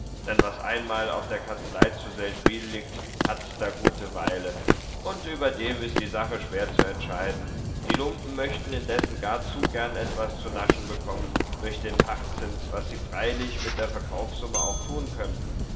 denn was einmal auf der kanzlei zu seldwyl liegt hat da gute weile und überdem ist die sache schwer zu entscheiden die lumpen möchten indessen gar zu gern etwas zu naschen bekommen durch den pachtzins was sie freilich mit der verkaufssumme auch tun könnten